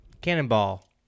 cannonball